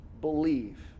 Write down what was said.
believe